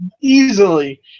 easily